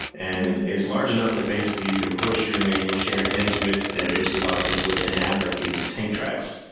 and it's large enough that basically you can push your manual chair into it, and it basically locks into it, and it has like these, like, tank tracks.